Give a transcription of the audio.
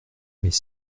mais